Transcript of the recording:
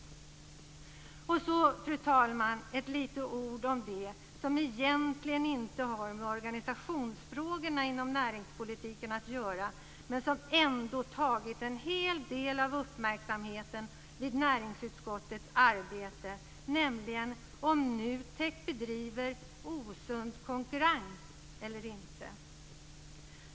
Fru talman! Jag vill säga några ord om det som egentligen inte har med organisationsfrågorna inom näringspolitiken att göra men som ändå tagit en hel del av uppmärksamheten i näringsutskottets arbete, nämligen om NUTEK bedriver "osund konkurrens" eller inte.